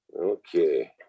Okay